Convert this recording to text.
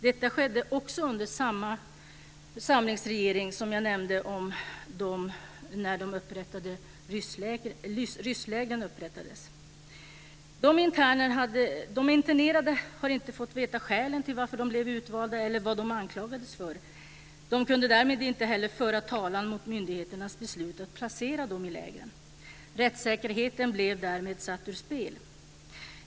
Detta skedde också under samma samlingsregering som upprättade rysslägren. De internerade har inte fått veta skälen till varför de blev utvalda eller vad de anklagades för. De kunde därmed inte heller föra talan mot myndigheternas beslut att placera dem i lägren. Rättssäkerheten blev därmed satt ur spel.